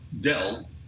Dell